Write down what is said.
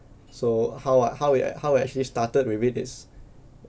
so how ah how I how I actually started with it is